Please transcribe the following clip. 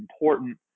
important